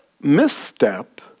misstep